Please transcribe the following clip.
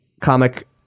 comic